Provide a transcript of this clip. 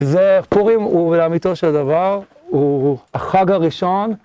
זה פורים, הוא לאמיתו של הדבר, הוא החג הראשון.